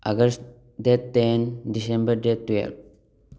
August date ten December date twelve